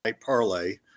parlay